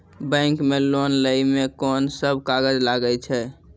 Bank मे loan लै मे कोन सब कागज लागै छै?